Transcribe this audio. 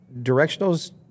directionals